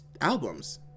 albums